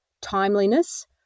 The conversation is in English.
timeliness